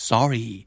Sorry